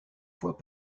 fois